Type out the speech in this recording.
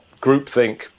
groupthink